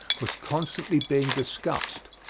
was constantly being discussed.